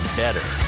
better